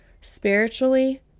spiritually